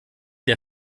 der